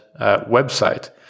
website